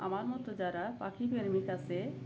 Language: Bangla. আমার মতো যারা পাখি প্রেমিক আছে